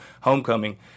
Homecoming